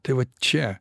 tai vat čia